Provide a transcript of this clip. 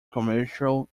commercial